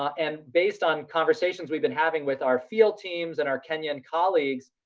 um and based on conversations we've been having with our field teams and our kenyan colleagues,